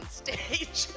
stage